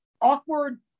awkward